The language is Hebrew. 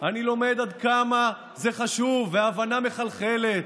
אני לומד עד כמה זה חשוב, וההבנה מחלחלת